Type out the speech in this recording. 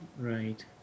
right